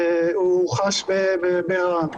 הוא חש בבהלה,